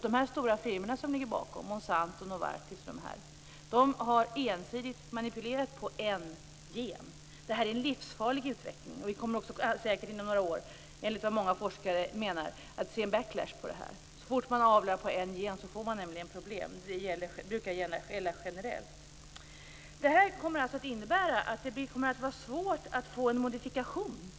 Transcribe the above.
De stora firmor som ligger bakom, Monsanto, Novartis etc. har ensidigt manipulerat på en gen. Det är en livsfarlig utveckling, och enligt många forskare kommer vi säkert inom några år att få en backlash. Så fort man avlar på en gen får man nämligen problem - det brukar gälla generellt. Det här kommer alltså att innebära att det blir svårt att få en modifikation.